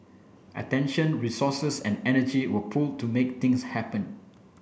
attention resources and energy were pooled to make things happen